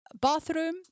bathroom